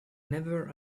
never